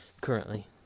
Currently